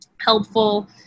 helpful